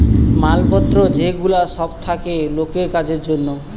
মাল পত্র যে গুলা সব থাকে লোকের কাজের জন্যে